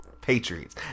Patriots